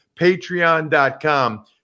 Patreon.com